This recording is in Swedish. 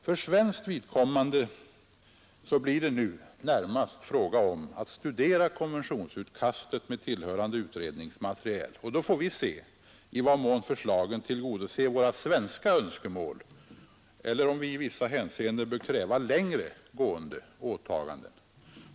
För svenskt vidkommande blir det nu närmast fråga om att studera konventionsutkastet med tillhörande utredningsmaterial, och då får vi se i vad mån förslagen tillgodoser svenska önskemål eller om vi i vissa hänseenden bör kräva längre gående uttalanden.